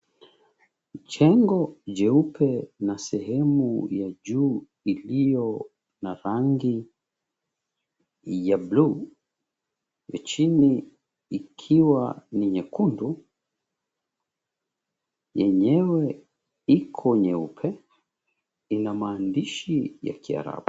Jengo jeupe na sehemu ya juu iliyo na rangi ya bluu, chini ikiwa ni nyekundu, yenyewe iko nyeupe, ina maandishi ya kiarabu.